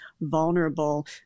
vulnerable